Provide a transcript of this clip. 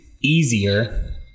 easier